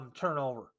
turnover